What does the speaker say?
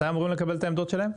מתי אמורים לקבל את העמדות שלהם?